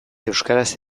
euskaraz